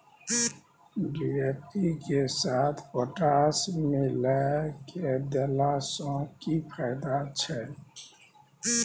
DAP के साथ potash मिललय के देला स की फायदा छैय?